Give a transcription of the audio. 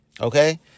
Okay